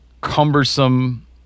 cumbersome